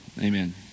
Amen